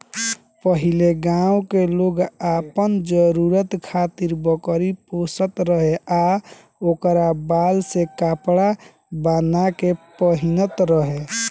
पहिले गांव के लोग आपन जरुरत खातिर बकरी पोसत रहे आ ओकरा बाल से कपड़ा बाना के पहिनत रहे